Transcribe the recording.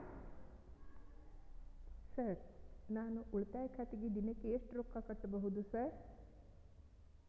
Sir ನಾನು ಉಳಿತಾಯ ಖಾತೆಗೆ ದಿನಕ್ಕ ಎಷ್ಟು ರೊಕ್ಕಾ ಕಟ್ಟುಬಹುದು ಸರ್?